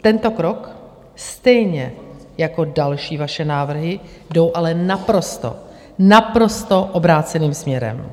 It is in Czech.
Tento krok stejně jako další vaše návrhy jdou ale naprosto, naprosto obráceným směrem.